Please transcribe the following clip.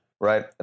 right